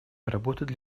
работать